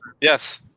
yes